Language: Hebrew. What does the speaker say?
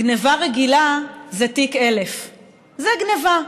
גנבה רגילה זה תיק 1000. זה גנבה,